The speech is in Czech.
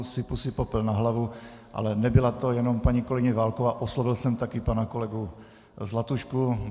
Sypu si popel na hlavu, ale nebyla to jenom paní kolegyně Válková, oslovil jsem taky pana kolegu Zlatušku.